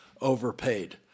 overpaid